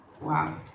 Wow